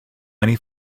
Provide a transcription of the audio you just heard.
many